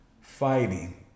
fighting